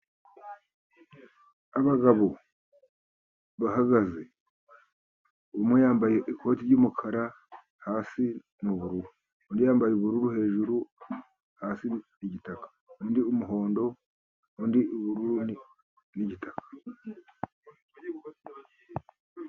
Abagabo bahagaze， umwe yambaye ikoti ry'umukara hasi ni ubururu，undi yambaye ubururu hejuru，hasi ni igitaka，undi umuhondo， undi ubururu n'igitaka.